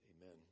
Amen